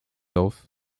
off